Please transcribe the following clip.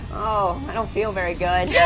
oh, i don't feel very good. yeah!